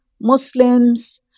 Muslims